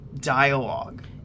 dialogue